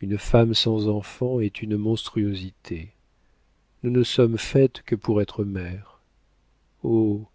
une femme sans enfants est une monstruosité nous ne sommes faites que pour être mères oh